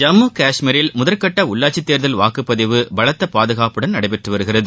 ஜம்மு காஷ்மீரில் முதற்கட்ட உள்ளாட்சி தேர்தல் வாக்குப் பதிவு பலத்த பாதுகாப்புடன் நடைபெற்று வருகிறது